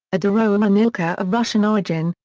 a darohranilka of russian origin,